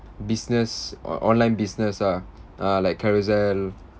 business o~ online business ah ah like carousell